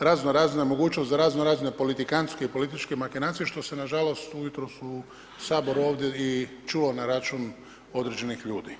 razno razne mogućnosti za razno razne politikantske i političke makinacije, što se na žalost jutros u Saboru ovdje i čulo na račun određenih ljudi.